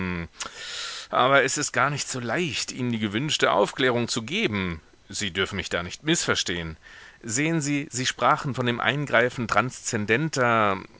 aber es ist gar nicht so leicht ihnen die gewünschte aufklärung zu geben sie dürfen mich da nicht mißverstehen sehen sie sie sprachen von dem eingreifen